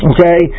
Okay